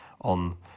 on